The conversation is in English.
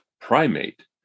primate